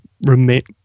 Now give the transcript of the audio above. roommate